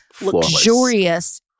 luxurious